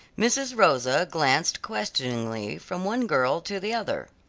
mrs. rosa glanced questioningly from one girl to the other.